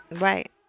Right